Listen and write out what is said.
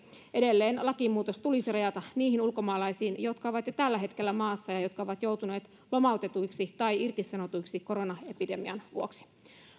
edelleen lakimuutos tulisi rajata niihin ulkomaalaisiin jotka ovat jo tällä hetkellä maassa ja jotka ovat joutuneet lomautetuiksi tai irtisanotuiksi koronaepidemian vuoksi